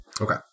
Okay